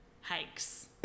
Hikes